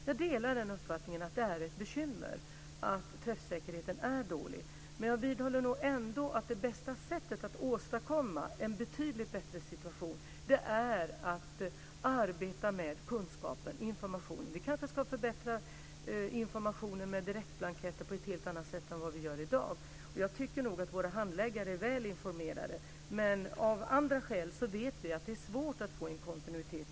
Jag delar uppfattningen att det är ett bekymmer att träffsäkerheten är dålig, men jag vidhåller nog ändå att det bästa sättet att åstadkomma en betydligt bättre situation är att arbeta med kunskaper och information. Vi ska kanske förbättra informationen med direktblanketter på ett helt annat sätt än vad vi gör i dag. Jag tycker nog att våra handläggare är väl informerade, men det är av andra skäl svårt att få till stånd en kontinuitet i hanteringen.